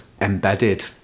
embedded